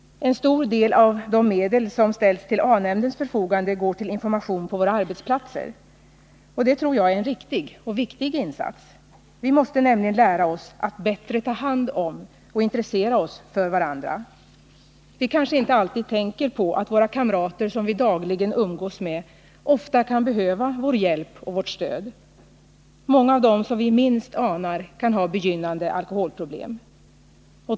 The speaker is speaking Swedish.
En stor del av de medel som har ställts till A-nämndens förfogande går till information på våra arbetsplatser. Det tror jag är en riktig och viktig insats. Vi måste nämligen lära oss att bättre ta hand om och intressera oss för varandra. Vi kanske inte alltid tänker på att våra kamrater som vi dagligen umgås med kan behöva vår hjälp och vårt stöd. Många som vi minst anar kan ha begynnande alkoholproblem.